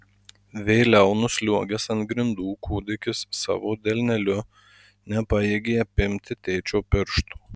vėliau nusliuogęs ant grindų kūdikis savo delneliu nepajėgė apimti tėčio piršto